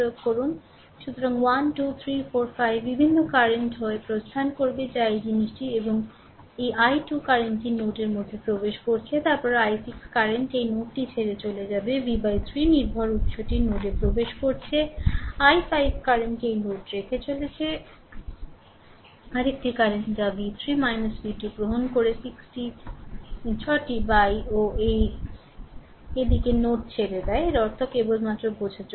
সুতরাং 1 2 3 4 5 বিভিন্ন কারেন্ট হয় প্রস্থান করবে বা এই জিনিসটি এই i2 কারেন্টটি নোডের মধ্যে প্রবেশ করছে তারপরে i6 কারেন্টএই নোডটি ছেড়ে চলে যাবে v 3 নির্ভর উৎসটি নোডে প্রবেশ করছে i5 কারেন্ট এই নোডটি রেখে চলেছে আরেকটি কারেন্ট যা v3 v2 গ্রহণ করে 6 টি বাই ও এই দিকে নোড ছেড়ে দেয় এর অর্থ কেবলমাত্র বোঝার জন্য